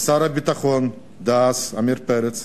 ולשר הביטחון דאז עמיר פרץ,